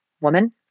woman